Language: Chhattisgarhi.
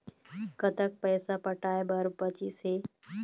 कतक पैसा पटाए बर बचीस हे?